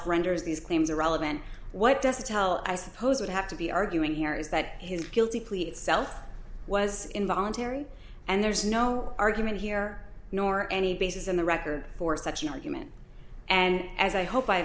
renders these claims irrelevant what does it tell i suppose would have to be arguing here is that his guilty plea itself was involuntary and there's no argument here nor any basis in the record for such an argument and as i hope i